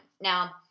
Now